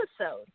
episode